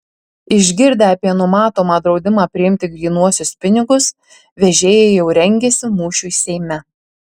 išgirdę apie numatomą draudimą priimti grynuosius pinigus vežėjai jau rengiasi mūšiui seime